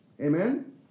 Amen